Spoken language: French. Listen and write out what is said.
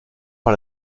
par